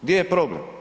Gdje je problem?